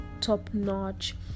top-notch